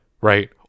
right